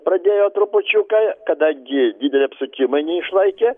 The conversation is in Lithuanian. pradėjo trupučiuką kadangi dideli apsukimai neišlaikė